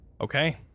okay